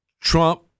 Trump